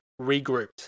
regrouped